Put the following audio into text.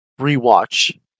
rewatch